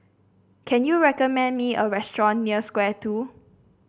can you recommend me a restaurant near Square Two